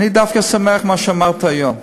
אני דווקא שמח על מה שאמרת היום.